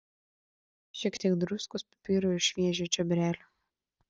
šiek tiek druskos pipirų ir šviežio čiobrelio